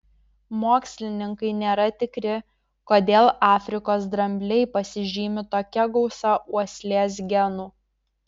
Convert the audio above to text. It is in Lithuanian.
mokslininkai nėra tikri kodėl afrikos drambliai pasižymi tokia gausa uoslės genų